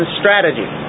strategy